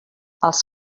els